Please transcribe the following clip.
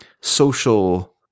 social